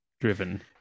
driven